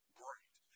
great